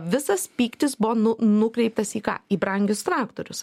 visas pyktis buvo nu nukreiptas į ką į brangius traktorius